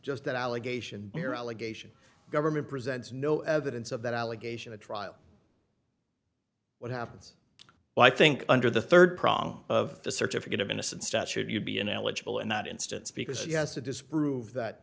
just that allegation your allegation government presents no evidence of that allegation a trial what happens well i think under the rd prong of the certificate of innocence statute you'd be ineligible in that instance because you has to disprove that